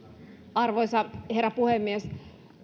arvoisa herra puhemies